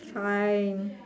fine